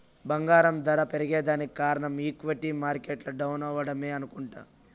బంగారం దర పెరగేదానికి కారనం ఈక్విటీ మార్కెట్లు డౌనవ్వడమే అనుకుంట